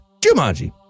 Jumanji